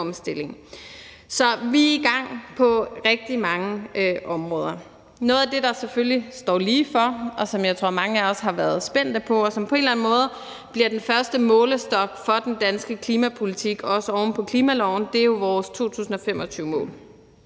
Så vi er i gang på rigtig mange områder. Noget af det, der selvfølgelig ligger ligefor, og som jeg tror mange af os har været spændt på, og som på en eller anden måde bliver den første målestok for den danske klimapolitik, også oven på klimaloven, er jo vores 2025-mål.